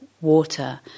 water